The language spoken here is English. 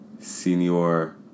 Senior